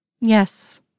Yes